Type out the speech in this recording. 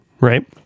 right